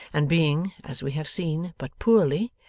and being, as we have seen, but poorly,